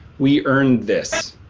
we earned this.